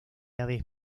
aves